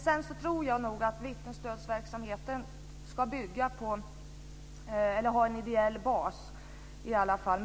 Sedan tror jag nog att vittnesstödsverksamheten ska ha en ideell bas.